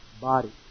body